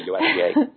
USDA